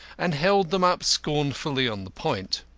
and held them up scornfully on the point.